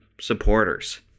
supporters